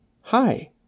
Hi